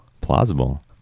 Plausible